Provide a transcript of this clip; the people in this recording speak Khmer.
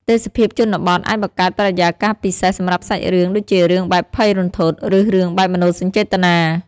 ទេសភាពជនបទអាចបង្កើតបរិយាកាសពិសេសសម្រាប់សាច់រឿង ដូចជារឿងបែបភ័យរន្ធត់ ឬរឿងបែបមនោសញ្ចេតនា។